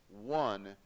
one